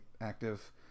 active